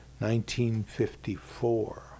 1954